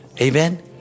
Amen